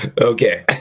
okay